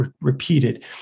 repeated